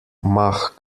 mach